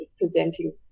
presenting